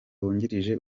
wungirije